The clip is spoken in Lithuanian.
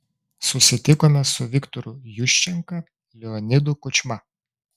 susitikome su viktoru juščenka leonidu kučma